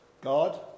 God